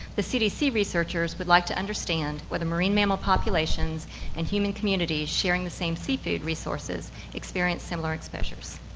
the cdc researchers would like to understand whether marine mammal populations and human communities sharing the same seafood resources experience similar exposures.